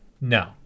No